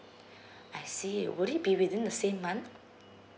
I see will it be within the same month